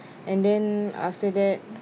and then after that